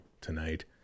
tonight